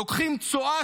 לוקחים צואה,